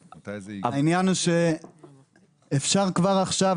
העניין הוא שאפשר כבר עכשיו,